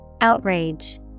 outrage